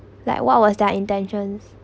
like what was their intentions